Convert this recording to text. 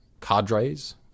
cadres